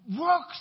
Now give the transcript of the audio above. works